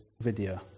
video